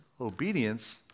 Obedience